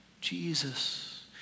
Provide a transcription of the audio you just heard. Jesus